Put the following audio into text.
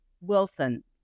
Wilson